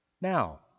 now